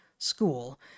School